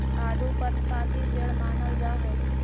आडू पर्णपाती पेड़ मानल जा हई